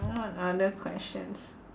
what other questions